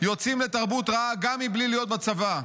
יוצאים לתרבות רעה גם בלי להיות בצבא".